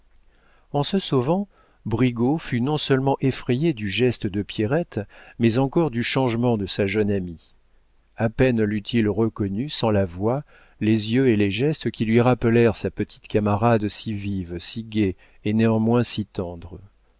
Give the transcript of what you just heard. en se sauvant brigaut fut non-seulement effrayé du geste de pierrette mais encore du changement de sa jeune amie à peine l'eût-il reconnue sans la voix les yeux et les gestes qui lui rappelèrent sa petite camarade si vive si gaie et néanmoins si tendre